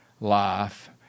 life